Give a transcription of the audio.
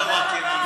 נתקבלה.